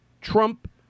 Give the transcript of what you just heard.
Trump